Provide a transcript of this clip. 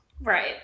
right